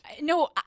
No